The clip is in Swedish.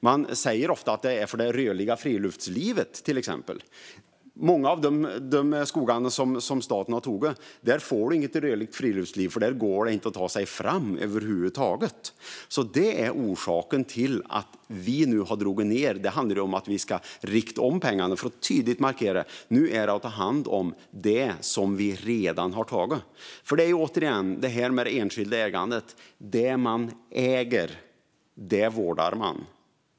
Man säger ofta att den är till för exempelvis det rörliga friluftslivet, men många av de skogar som staten tagit har inget rörligt friluftsliv därför att det inte går att ta sig fram över huvud taget. Detta är orsaken till att vi har dragit ned. Det handlar om att vi ska rikta om pengarna för att tydligt markera att det som vi redan har tagit måste tas om hand. Det gäller återigen det enskilda ägandet. Det man äger vårdar man.